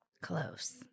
Close